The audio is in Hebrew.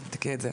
תבדקי את זה.